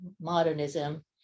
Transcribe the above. modernism